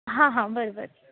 हां हां बरोबर